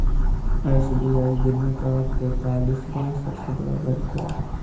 SBI दुनिया का तेंतालीसवां सबसे बड़ा बैंक है